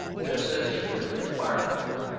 yes, it's really remarkable.